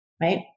right